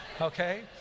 okay